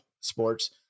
sports